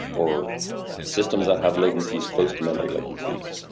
or systems that have latencies close to memory latencies,